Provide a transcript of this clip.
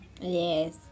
Yes